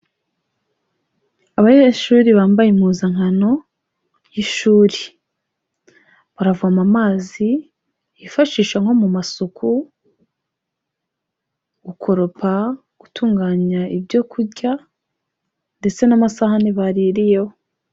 Abanyeshuri bambaye impuzankano y'ishuri, baravoma amazi bifashisha nko mu masuku, gukoropa, gutunganya ibyo kurya ndetse n'amasahani baririyeho.